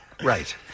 Right